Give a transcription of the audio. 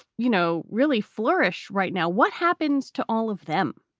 you know, really flourish. right now, what happens to all of them?